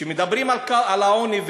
כשמדברים על העוני,